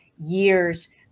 years